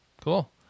cool